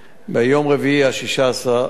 ביום רביעי 16 במאי,